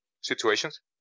situations